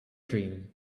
dream